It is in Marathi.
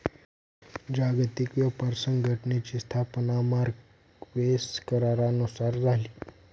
जागतिक व्यापार संघटनेची स्थापना मार्क्वेस करारानुसार झाली